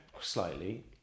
Slightly